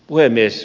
puhemies